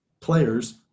players